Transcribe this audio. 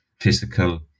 physical